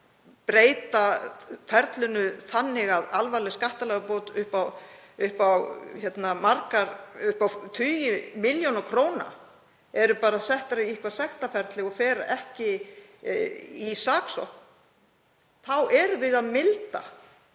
breyta ferlinu þannig að alvarleg skattalagabrot upp á tugi milljóna króna eru bara sett í eitthvert sektarferli og fara ekki í saksókn þá erum við að milda